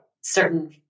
certain